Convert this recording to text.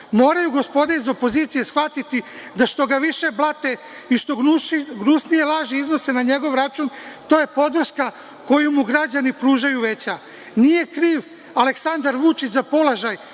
Moraju gospoda iz opozicije shvatiti da što ga više blate i što gnusnije laži iznose na njegov račun, to je podrška koju mu građani pružaju veća. Nije kriv Aleksandar Vučić za položaj